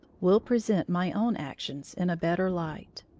will present my own actions in a better light.